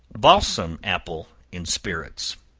balsam apple in spirits.